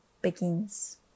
begins